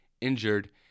injured